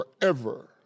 forever